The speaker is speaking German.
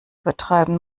betreiben